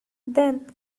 then